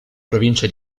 provincia